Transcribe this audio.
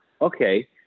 Okay